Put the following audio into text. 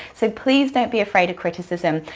so please don't be afraid of criticism.